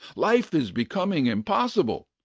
life is becoming impossible.